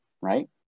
right